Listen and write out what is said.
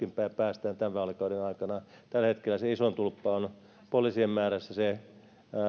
päästään tämän vaalikauden aikana tällä hetkellä se isoin tulppa poliisien määrässä on se